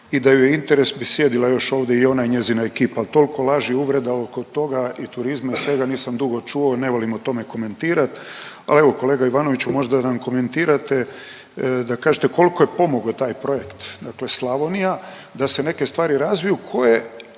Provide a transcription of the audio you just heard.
I da joj je interes bi sjedila još ovdje i ona i njezina ekipa, ali toliko laži, uvreda oko toga i turizma, svega nisam dugo čuo, ne volim o tome komentirati. A evo kolega Ivanović možda nam komentirate da kažete koliko je pomogao taj projekt, dakle Slavonija da se neke stvari razviju koje